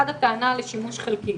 אחד, הטענה לשימוש חלקי.